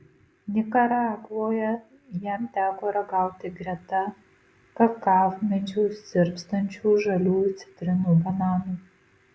nikaragvoje jam teko ragauti greta kakavmedžių sirpstančių žaliųjų citrinų bananų